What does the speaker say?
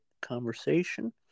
conversation